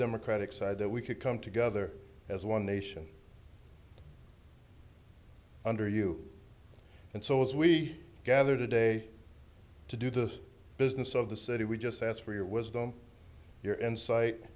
democratic side that we could come together as one nation under you and so as we gather today to do the business of the city we just ask for your wisdom your in